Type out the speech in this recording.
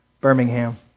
Birmingham